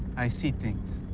i see things.